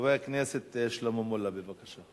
חבר הכנסת שלמה מולה, בבקשה.